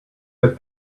get